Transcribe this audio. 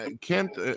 Kent